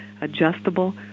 adjustable